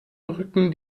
rücken